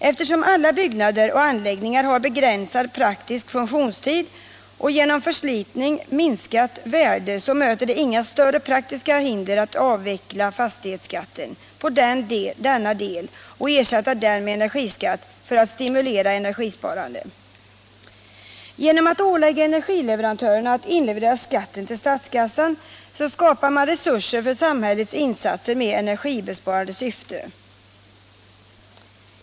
Eftersom alla byggnader och anläggningar har begränsad praktisk funktionstid och genom förslitning minskat värde, möter det inga större praktiska hinder att avveckla fastighetsskatten på dessa och ersätta den med energiskatt för att stimulera energisparande. Genom att ålägga energileverantörerna att inleverera skatten till statskassan skapar man resurser för samhällets insatser med energibesparande syfte.